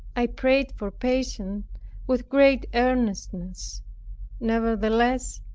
i prayed for patience with great earnestness nevertheless,